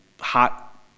hot